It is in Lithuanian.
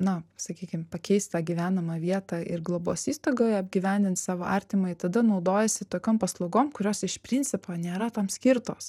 na sakykim pakeist tą gyvenamą vietą ir globos įstaigoje apgyvendint savo artimąjį tada naudojasi tokiom paslaugom kurios iš principo nėra tam skirtos